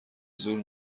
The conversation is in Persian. زور